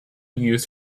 use